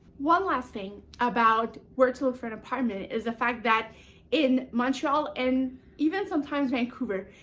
one last thing about where to look for an apartment, is the fact that in montreal and even sometimes vancouver,